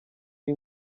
iyi